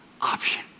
option